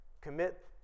commit